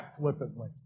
flippantly